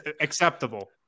acceptable